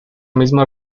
misma